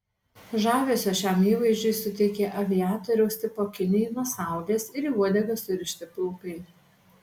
žavesio šiam įvaizdžiui suteikė aviatoriaus tipo akiniai nuo saulės ir į uodegą surišti plaukai